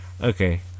Okay